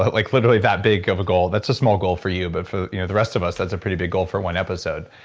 like literally that big of a goal. that's a small goal for you, but for you know the rest of us, that's a pretty big goal for one episode.